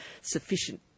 sufficient